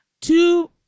Two